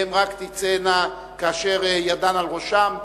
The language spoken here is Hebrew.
והן רק תצאנה כאשר ידן על ראשן,